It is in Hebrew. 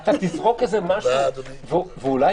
ואולי,